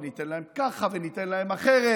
וניתן להם כך וניתן להם אחרת,